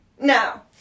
No